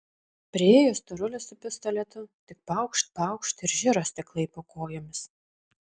priėjo storulis su pistoletu tik paukšt paukšt ir žiro stiklai po kojomis